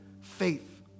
faith